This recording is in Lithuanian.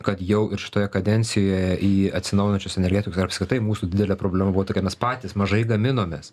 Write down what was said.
kad jau ir šitoje kadencijoje į atsinaujinančios energetikos ir apskritai mūsų didelė problema buvo tokia mes patys mažai gaminomės